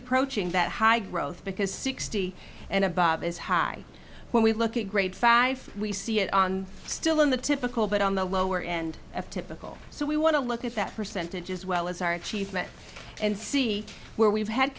that high growth because sixty and above is high when we look at grade five we see it on still in the typical but on the lower end of typical so we want to look at that percentage as well as our achievement and see where we've had